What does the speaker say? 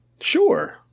Sure